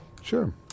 Sure